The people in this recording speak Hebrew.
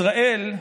ישראל,